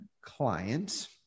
client